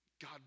God